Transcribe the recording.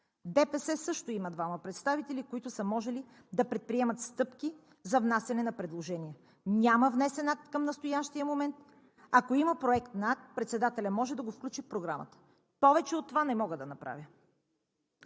ДПС също има двама представители, които са можели да предприемат стъпки за внасяне на предложения. Няма внесен акт към настоящия момент. Ако има проект на акт, председателят може да го включи в Програмата. Повече от това не мога да направя.